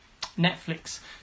Netflix